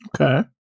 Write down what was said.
Okay